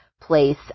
place